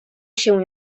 się